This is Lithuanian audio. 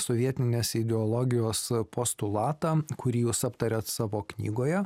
sovietinės ideologijos postulatą kurį jūs aptariat savo knygoje